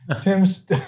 tim's